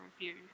review